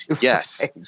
yes